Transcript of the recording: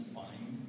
find